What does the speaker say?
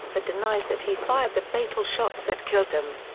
but denies that he fired the fatal shots that killed them.